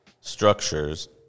structures